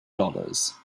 dollars